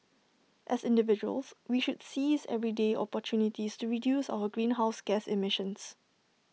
as individuals we should seize everyday opportunities to reduce our greenhouse gas emissions